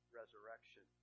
resurrection